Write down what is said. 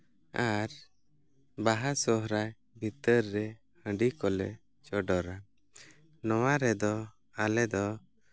ᱟᱨ ᱵᱟᱦᱟ ᱥᱚᱦᱨᱟᱭ ᱵᱷᱤᱛᱟᱹᱨ ᱨᱮ ᱦᱟᱺᱰᱤ ᱠᱚᱞᱮ ᱪᱚᱰᱚᱨᱟ ᱱᱚᱣᱟ ᱨᱮᱫᱚ ᱟᱞᱮ ᱫᱚ